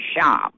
Shop